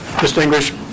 distinguished